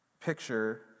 picture